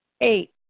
Eight